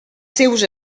seus